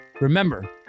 remember